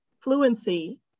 fluency